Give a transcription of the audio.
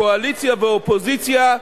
קואליציה ואופוזיציה,